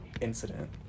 incident